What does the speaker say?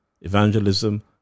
evangelism